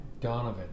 Donovan